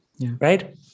Right